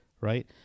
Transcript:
right